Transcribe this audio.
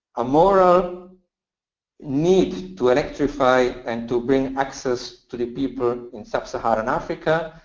a moral need to electrify and to bring access to the people in sub-saharan africa.